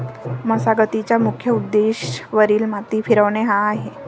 मशागतीचा मुख्य उद्देश वरील माती फिरवणे हा आहे